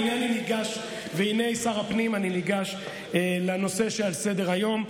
והינה, שר הפנים, אני ניגש לנושא שעל סדר-היום.